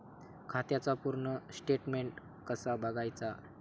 खात्याचा पूर्ण स्टेटमेट कसा बगायचा?